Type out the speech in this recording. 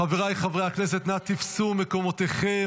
חבריי חברי הכנסת, נא תפסו מקומותיכם.